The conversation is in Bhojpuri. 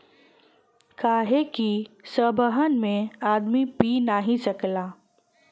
काहे कि सबहन में आदमी पी नाही सकला